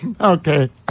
Okay